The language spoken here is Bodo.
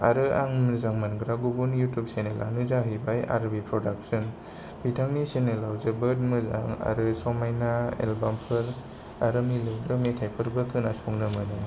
आरो आं मोजां मोनग्रा गुबुन युटुब चेनेलानो जाहैबाय आर बि प्रोडाकशन बिथांनि चेनेलाव जोबोद मोजां आरो समायना एलबामफोर आरो मिलौदो मेथाइफोरबो खोनासंनो मोनो